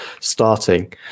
starting